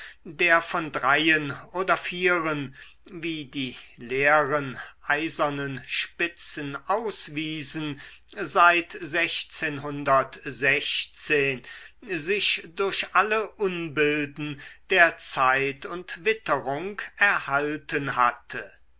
der von dreien oder vieren wie die leeren eisernen spitzen auswiesen seit sich durch alle unbilden der zeit und witterung erhalten hatte